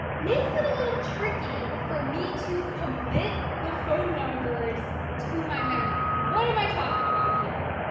makes it a little tricky for me to commit the phone numbers to my memory. what am i talking about here?